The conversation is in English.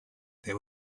there